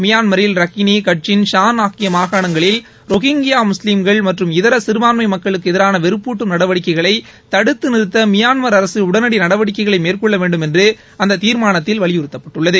மியான்மரில் Rakhine Kachin Shan ஆகிய மாகாணங்களில் ரொஹிங்கியா முஸ்லிம்கள் மற்றும் இதர சிறபான்மை மக்களுக்கு எதிரான வெறப்பூட்டும் நடவடிக்கைகளை தடுத்து நிறுத்த மியான்மர் அரசு உடனடி நடவடிக்கைகளை மேற்கொள்ள வேண்டுமென்று அந்த தீர்மானத்தில் வலியறுத்தப்பட்டுள்ளது